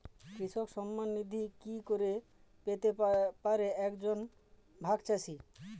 কৃষক সন্মান নিধি কি করে পেতে পারে এক জন ভাগ চাষি?